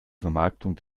vermarktung